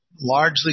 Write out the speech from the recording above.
largely